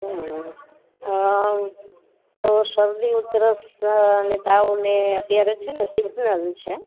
હમ શરદી ઉધરસ અને તાવને અત્યારે છે સિઝનલ છે